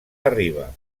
arriba